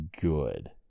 good